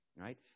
right